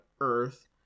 Earth